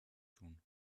tun